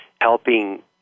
helping